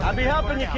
um be helping